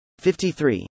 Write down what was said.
53